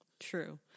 True